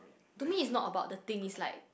to me is not about the thing is like